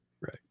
right